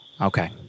okay